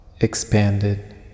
expanded